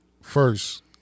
First